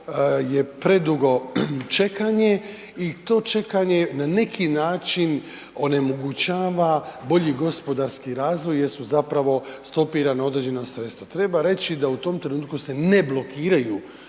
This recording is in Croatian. je predugo čekanje i to čekanje na neki način onemogućava bolji gospodarski razvoj jer su zapravo stopirana određena sredstva. Treba reći da u tom trenutku se ne blokiraju,